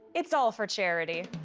it's all for charity.